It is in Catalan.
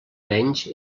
menys